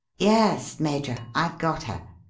yes, major, i've got her.